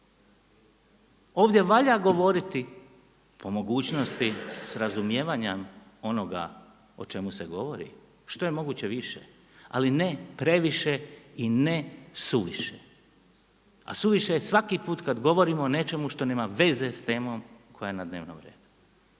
Ovdje valja govoriti, po mogućnosti s razumijevanjem onoga o čemu se govori što je moguće više, ali ne previše i ne suviše. A suviše je svaki put kada govorimo o nečemu što nema veze s temom koja je na dnevnom redu.